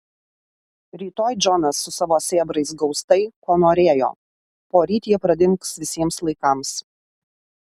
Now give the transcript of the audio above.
rytoj džonas su savo sėbrais gaus tai ko norėjo poryt jie pradings visiems laikams